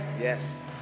Yes